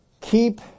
Keep